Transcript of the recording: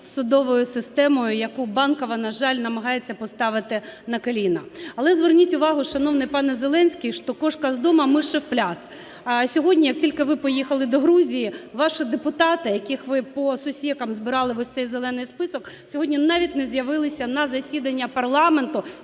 судовою системою, яку Банкова, на жаль, намагається поставити на коліна. Але зверніть увагу, шановний пане Зеленський, что "кошка из дома, а мыши в пляс". Сьогодні, як тільки ви поїхали до Грузії, ваші депутати, яких ви "по сусекам" збирали в ось цей "зелений" список, сьогодні навіть не з'явилися на засідання парламенту